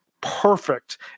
perfect